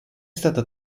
stata